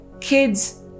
kids